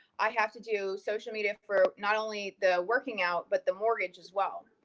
i have to do social media for not only the working out, but the mortgage as well.